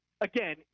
again